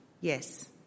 Yes